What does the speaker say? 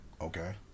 Okay